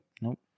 Nope